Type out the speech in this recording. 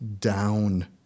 down